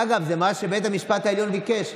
אגב, זה מה שבית המשפט העליון ביקש.